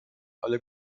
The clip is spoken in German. alle